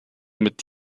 mit